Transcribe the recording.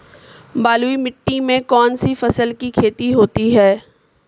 बलुई मिट्टी में कौनसी फसल की खेती होती है?